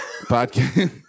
Podcast